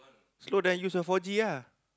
slow then use your four G ah